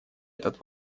этот